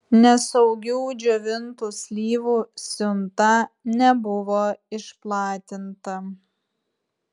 nesaugių džiovintų slyvų siunta nebuvo išplatinta